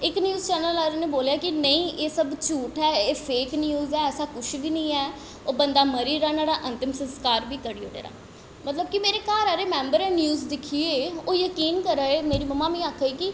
इक news channel आह्ले ने बोल्लेआ कि नेईं एह् सब झूठ ऐ एह् फेक न्यूज ऐ ऐसा कुछ बी निं ऐ ओह् बंदा मरी दा नोहाड़ा अंतिम संस्कार बी करी ओड़े दा मतलब कि मेरे घर आह्ले मैंबरें न्यूज दिक्खी एह् ओह् जकीन करा दे मेरी मम्मा मिगी आखा दी ही कि